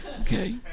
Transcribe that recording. okay